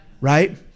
right